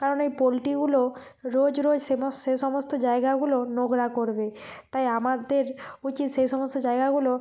কারণ এই পোলট্রিগুলো রোজ রোজ সেমস সে সমস্ত জায়গাগুলো নোংরা করবে তাই আমাদের উচিত সে সমস্ত জায়গাগুলো